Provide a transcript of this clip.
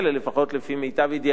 לפחות לפי מיטב ידיעתי.